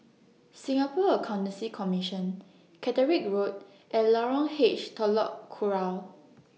Singapore Accountancy Commission Caterick Road and Lorong H Telok Kurau